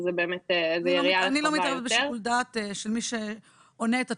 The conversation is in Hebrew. וזה הכול, בהתאם, 1,500 שקלים הם התוספת.